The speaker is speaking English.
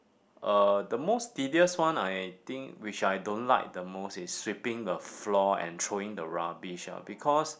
uh the most tedious one I think which I don't like the most is sweeping the floor and throwing the rubbish ah because